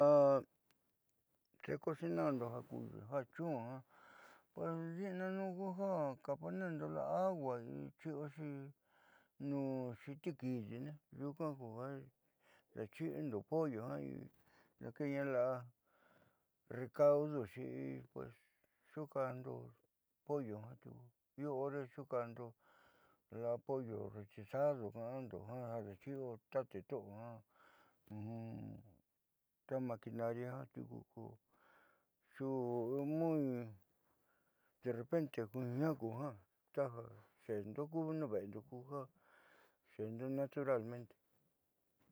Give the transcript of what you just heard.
Ja xecocinaando ja chun jiaa di'inanuun kuja ka ponendo la'a agua chi'loxi nuun xiti kiidi me'e xuunkaá ku ja daachi'ondo pollo daakeena la'a recaudoxi pues xuuka'ando pollo jiaa tiuku io hore xuuka'ando la'a pollo rostisado daaxi'o ta te to'o ta maquinaria tiuku ka'ando ja ko muy derrepente jiaa kuja tajaxeendo ku nuuve'endo kuja xeendo naturalmente.